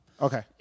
Okay